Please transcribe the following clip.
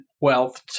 wealth